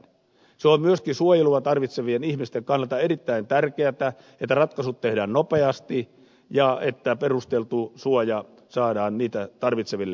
se on myöskin suojelua tarvitsevien ihmisten kannalta erittäin tärkeätä että ratkaisut tehdään nopeasti ja että perusteltu suoja saadaan sitä tarvitseville